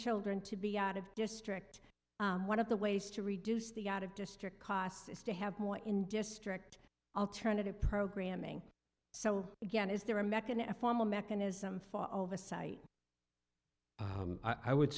children to be out of district one of the ways to reduce the out of district costs is to have more in district alternative programming so again is there a mechanism for more mechanism for oversight i would